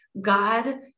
God